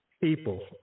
people